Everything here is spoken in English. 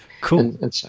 cool